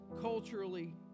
culturally